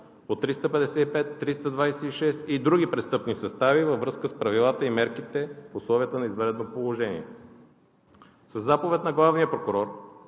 по 355, 326 и други престъпни състави, във връзка с правилата, мерките и условията на извънредното положение. Със заповед на главния прокурор